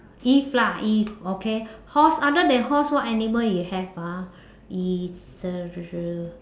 if lah if okay horse other than horse what other animal you have ah is the